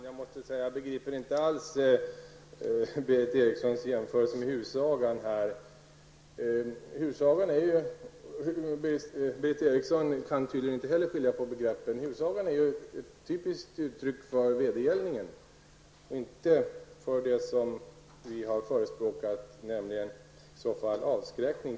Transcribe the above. Herr talman! Jag begriper inte alls Berith Erikssons jämförelse med husagan. Hon kan tydligen inte heller skilja på begreppen. Husagan var ju ett typiskt uttryck för vedergällning och inte för det som vi har förespråkat, nämligen avskräckning.